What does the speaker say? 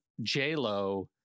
JLo